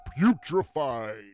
putrefied